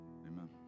Amen